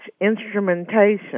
instrumentation